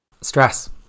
stress